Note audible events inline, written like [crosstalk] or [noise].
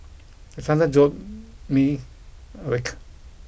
[noise] the thunder jolt [hesitation] me awake